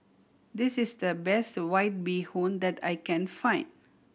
this is the best White Bee Hoon that I can find